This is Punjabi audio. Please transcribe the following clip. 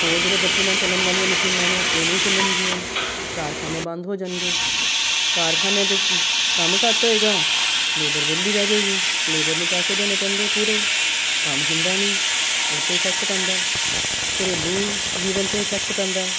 ਹੋਰ ਜਿਹੜੇ ਬੱਤੀ ਨਾਲ ਚੱਲਣ ਵਾਲੀਆਂ ਮਸ਼ੀਨਾਂ ਨੇ ਉਹ ਨਹੀਂ ਚੱਲਣਗੀਆਂ ਕਾਰਖਾਨੇ ਬੰਦ ਹੋ ਜਾਣਗੇ ਕਾਰਖਾਨਿਆਂ 'ਚ ਕੰਮ ਘੱਟ ਹੋਏਗਾ ਲੇਬਰ ਵਿਹਲੀ ਬਹਿ ਜਾਵੇਗੀ ਲੇਬਰ ਨੂੰ ਪੈਸੇ ਦੇਣੇ ਪੈਂਦੇ ਪੂਰੇ ਕੰਮ ਹੁੰਦਾ ਨਹੀਂ ਉਹ 'ਤੇ ਇਫੈਕਟ ਪੈਂਦਾ ਘਰੇਲੂ ਜੀਵਨ 'ਤੇ ਇਫੈਕਟ ਪੈਂਦਾ